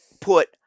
put